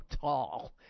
tall